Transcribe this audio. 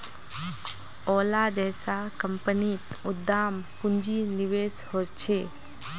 ओला जैसा कम्पनीत उद्दाम पून्जिर निवेश होछे